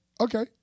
Okay